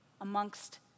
amongst